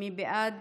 מי בעד?